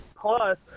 Plus